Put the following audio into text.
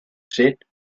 set